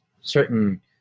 certain